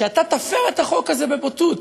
שאתה תפר את החוק הזה בבוטות.